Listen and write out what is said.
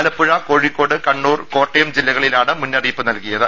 ആലപ്പുഴ കോഴിക്കോട് കണ്ണൂർ കോട്ടയം ജില്ലകളിലാണ് മുന്നറിയിപ്പ് നൽകിയത്